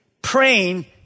Praying